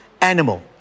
animal